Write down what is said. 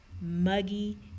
muggy